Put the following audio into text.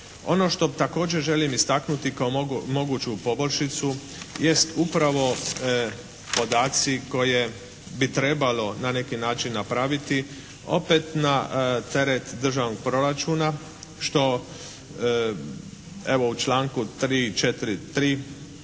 Ono što također želim istaknuti kao moguću poboljšicu jest upravo podaci koje bi trebalo na neki način napraviti opet na teret državnog proračuna što evo u članku 343.